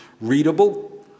readable